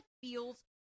feels